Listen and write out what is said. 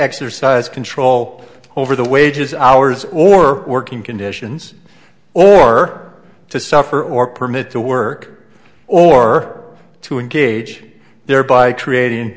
exercise control over the wages hours or working conditions or to suffer or permit to work or to engage thereby creating